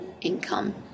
income